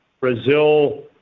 Brazil